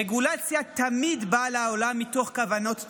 רגולציה תמיד באה לעולם מתוך כוונות טובות,